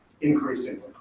increasingly